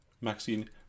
Maxine